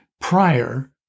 prior